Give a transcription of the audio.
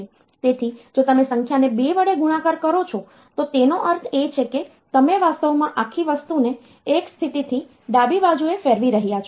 તેથી જો તમે સંખ્યાને 2 વડે ગુણાકાર કરો છો તો તેનો અર્થ એ છે કે તમે વાસ્તવમાં આખી વસ્તુને એક સ્થિતિથી ડાબી બાજુએ ફેરવી રહ્યા છો